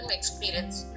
experience